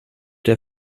der